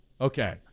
Okay